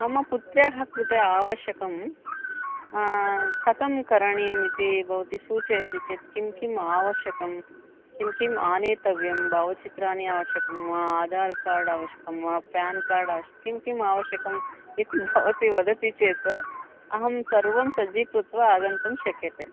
मम पुत्रः कृते आवश्यकं कथं करणीयम् इति भवती सूचयति चेत् किं किम् आवश्यकं किं किम् आनेतव्यं भावचित्राणि आवश्यकं वा आधार् कार्ड् आवश्यकं वा पेन् कार्ड् आवश्यकं किं किम् आवश्यकम् इति भवती वदति चेत् अहं सर्वं सज्जीकृत्य आगन्तुं शक्यते